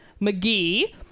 McGee